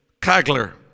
Kagler